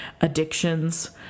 addictions